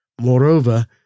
Moreover